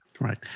Right